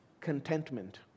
Contentment